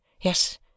Yes